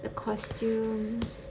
the costumes